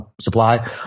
supply